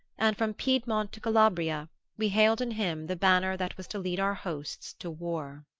and from piedmont to calabria we hailed in him the banner that was to lead our hosts to war.